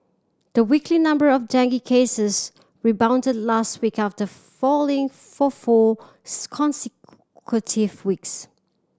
the weekly number of dengue cases rebounded last week after falling for four weeks